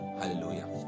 Hallelujah